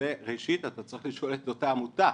זה אתה צריך לשאול את אותה עמותה,